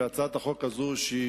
הצעת חוק סדר